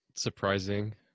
surprising